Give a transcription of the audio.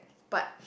but